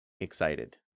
excited